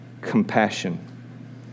compassion